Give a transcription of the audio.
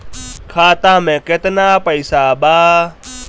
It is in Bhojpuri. खाता में केतना पइसा बा?